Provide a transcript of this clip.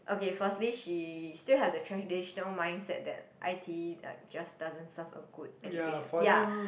okay firstly she still have the traditional mindset that i_t_e like just doesn't serve a good education ya